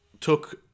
took